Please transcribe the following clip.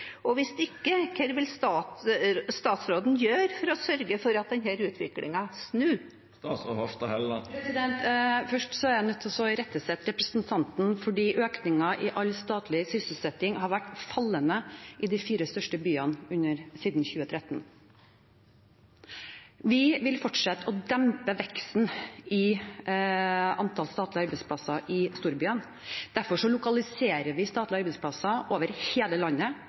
Hvis ikke: Hva vil statsråden gjøre for å sørge for at denne utviklingen snur? Først er jeg nødt til å irettesette representanten, for økningen i all statlig sysselsetting har vært fallende i de fire største byene siden 2013. Vi vil fortsette å dempe veksten i antall statlige arbeidsplasser i storbyene. Derfor lokaliserer vi statlige arbeidsplasser over hele landet.